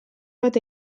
bat